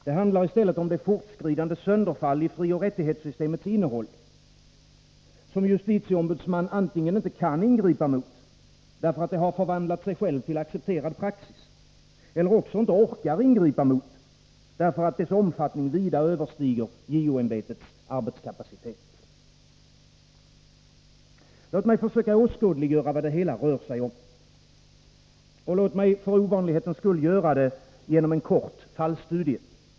Det handlar i stället om det fortskridande sönderfall i frioch rättighetssystemets innehåll som justitieombudsmannen antingen inte kan ingripa mot, därför att det förvandlat sig självt till accepterad praxis, eller också inte orkar ingripa mot, därför att dess omfattning vida överstiger JO-ämbetets arbetskapacitet. Låt mig försöka åskådliggöra vad det hela rör sig om. Låt mig för ovanlighetens skull göra det genom en kort fallstudie.